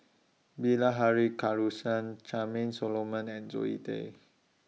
Bilahari Charmaine Solomon and Zoe Tay